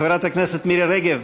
חברת הכנסת מירי רגב,